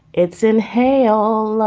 it's inhale